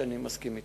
אני מסכים.